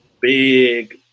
big